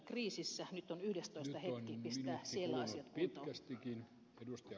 nyt on yhdentoista hetki pistää siellä asiat kuntoon